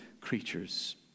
creatures